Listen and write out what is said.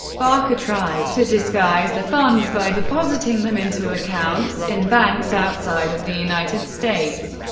barker tried to disguise the funds by depositing them into accounts in banks outside of the united states.